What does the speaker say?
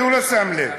הוא לא שם לב.